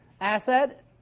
asset